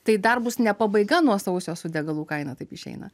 tai dar bus ne pabaiga nuo sausio su degalų kaina taip išeina